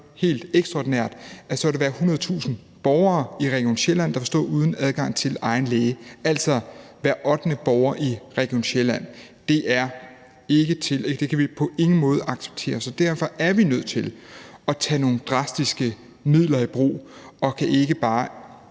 helt ekstraordinært, vil være 100.000 borgere i Region Sjælland, der vil stå uden adgang til egen læge, altså hver ottende borger i Region Sjælland. Det kan vi på ingen måde acceptere. Derfor er vi nødt til at tage nogle drastiske midler i brug og kan ikke bare